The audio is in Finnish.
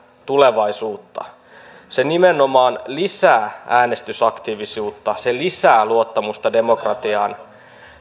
tulevaisuutta se nimenomaan lisää äänestysaktiivisuutta se lisää luottamusta demokratiaan